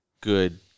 good